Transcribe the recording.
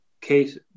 case